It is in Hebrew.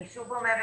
אני שוב אומרת,